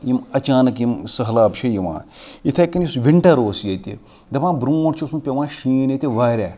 یِم اچانک یِم سٔہلاب چھِ یِوان یِتھَے کٔنۍ یُس وِنٹَر اوس ییٚتہِ دَپان بروںٛٹھ چھِ اوسمُت پیٚوان شیٖن ییٚتہِ واریاہ